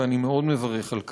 ואני מאוד מברך על כך,